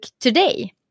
today